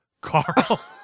carl